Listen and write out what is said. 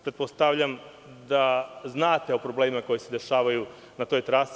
Pretpostavljam da znate o problemima koji se dešavaju na toj trasi.